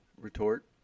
retort